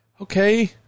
okay